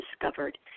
discovered